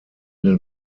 den